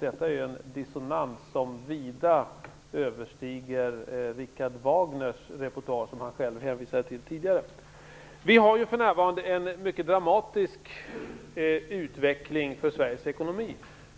Detta är en dissonans, Jan Bergqvist, som vida överstiger Richard Wagners repertoar, som Jan Bergqvist själv hänvisade till tidigare. Vi har för närvarande en mycket dramatisk utveckling för Sveriges ekonomi.